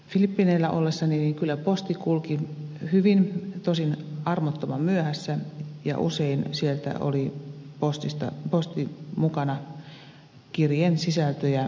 filippiineillä ollessani posti kyllä kulki hyvin tosin armottomasti myöhässä ja usein oli postin mukana kirjeen sisältöjä hävinnyt